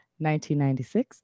1996